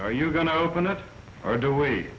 are you going to open it or do w